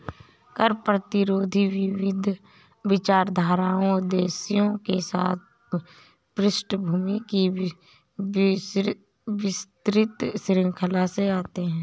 कर प्रतिरोधी विविध विचारधाराओं उद्देश्यों के साथ पृष्ठभूमि की विस्तृत श्रृंखला से आते है